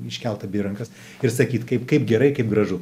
iškelt abi rankas ir sakyt kaip kaip gerai kaip gražu